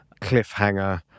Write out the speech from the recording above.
cliffhanger